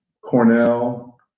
Cornell